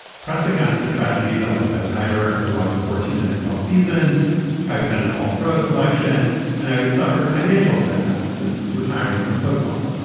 press accounts of the tragedy dealt with how tyrer had logged fourteen nfl seasons had been an all pro selection and how he'd suffered financial setbacks since his retirement from football.